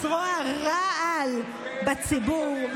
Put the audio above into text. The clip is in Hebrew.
שכל-כולה לזרוע רעל בציבור.